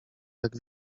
jak